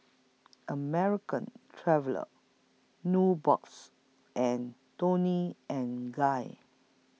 American Traveller Nubox and Toni and Guy